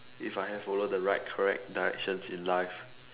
if I had followed the right correct directions in life